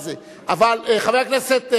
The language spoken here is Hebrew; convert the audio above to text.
חבר הכנסת חנין,